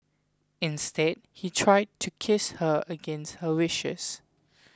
instead he tried to kiss her against her wishes